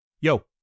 Yo